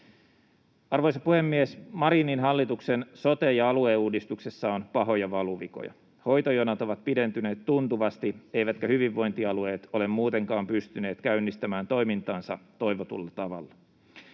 Arvoisa puhemies! Marinin hallituksen sote- ja alueuudistuksessa on pahoja valuvikoja. Hoitojonot ovat pidentyneet tuntuvasti, eivätkä hyvinvointialueet ole muutenkaan pystyneet käynnistämään toimintaansa toivotulla tavalla.